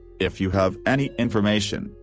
if you have any information,